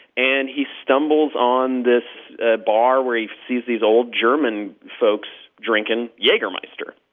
and he stumbles on this bar where he sees these old german folks drinking jagermeister,